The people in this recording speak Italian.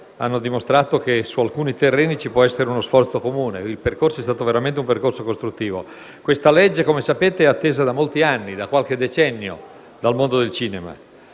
hanno dimostrato che su alcuni terreni ci può essere uno sforzo comune. Il percorso è stato veramente costruttivo. Questo provvedimento è atteso da molti anni, da qualche decennio, dal mondo del cinema